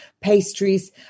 pastries